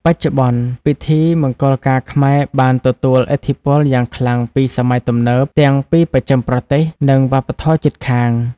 បច្ចុប្បន្ន ពិធីមង្គលការខ្មែរបានទទួល ឥទ្ធិពលយ៉ាងខ្លាំងពីសម័យទំនើប ទាំងពីបស្ចិមប្រទេស និងវប្បធម៌ជិតខាង ។